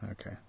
Okay